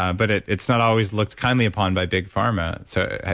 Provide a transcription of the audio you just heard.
ah but it's not always looked kindly upon by big pharma. so,